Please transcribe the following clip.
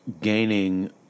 gaining